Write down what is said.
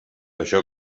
això